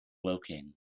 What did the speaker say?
woking